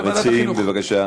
המציעים, בבקשה.